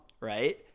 right